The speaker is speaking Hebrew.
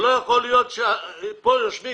לא יכול להיות שפה יושבים